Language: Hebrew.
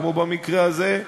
כמו במקרה הזה,